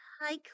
hi